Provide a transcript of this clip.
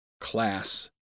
class